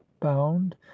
bound